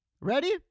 Ready